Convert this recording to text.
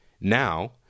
now